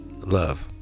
love